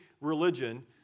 religion